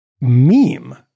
meme